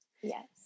Yes